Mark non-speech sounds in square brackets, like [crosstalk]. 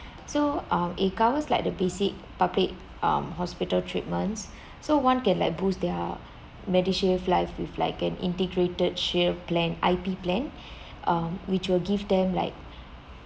so um it covers like the basic public um hospital treatments so one can like boost their medishield life with like an integrated shield plan I_P plan [breath] um which will give them like